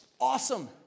Awesome